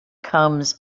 comes